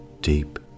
Deep